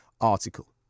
article